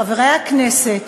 חברי הכנסת,